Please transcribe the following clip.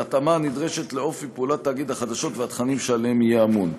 בהתאמה הנדרשת לאופי פעולת תאגיד החדשות והתכנים שעליהם יהיה אמון.